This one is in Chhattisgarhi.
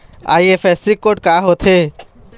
आई.एफ.एस.सी कोड का होथे?